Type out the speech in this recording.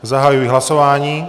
Zahajuji hlasování.